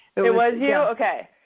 it was you? okay.